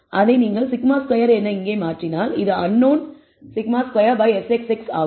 அதை நீங்கள் σ̂2 என இங்கே மாற்றினால் இது அன்னோன் σ2Sxx ஆகும்